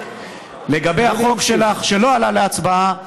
לגבי החוק שלך שלא עלה להצבעה,